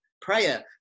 prayer